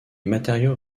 matériaux